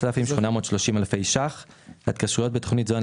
3,830 אלפי ₪- ההתקשרויות בתכנית זו הן